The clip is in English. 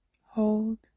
hold